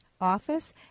office